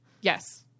Yes